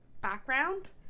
background